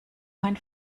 mein